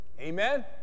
Amen